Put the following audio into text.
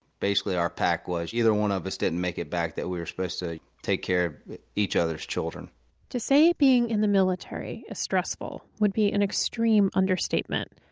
basically our pact was if either one of us didn't make it back that we were supposed to take care of each other's children to say being in the military is stressful would be an extreme understatement.